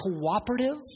cooperative